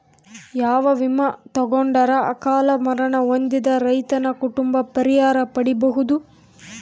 ಯಾವ ವಿಮಾ ತೊಗೊಂಡರ ಅಕಾಲ ಮರಣ ಹೊಂದಿದ ರೈತನ ಕುಟುಂಬ ಪರಿಹಾರ ಪಡಿಬಹುದು?